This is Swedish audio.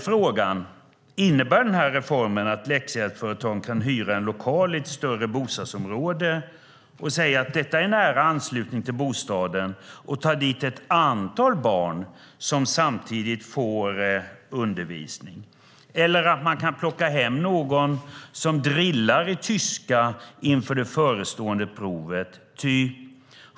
Frågan löd: Innebär den här reformen att läxhjälpsföretagen kan hyra en lokal i ett större bostadsområde och säga att den ligger i nära anslutning till bostaden och ta dit ett antal barn som samtidigt får undervisning? Innebär den att man kan plocka hem någon som drillar i tyska inför det förestående provet?